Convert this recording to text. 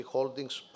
Holdings